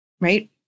right